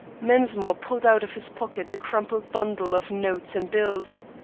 mensmore pulled out of his pocket the crumpled bundle of notes and bills.